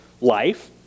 life